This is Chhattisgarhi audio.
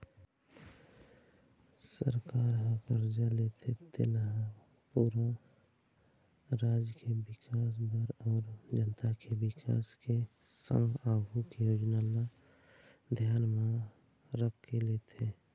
सरकार ह करजा लेथे तेन हा पूरा राज के बिकास बर अउ जनता के बिकास के संग आघु के योजना ल धियान म रखके लेथे